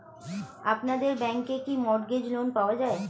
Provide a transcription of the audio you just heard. আপনাদের ব্যাংকে কি মর্টগেজ লোন পাওয়া যায়?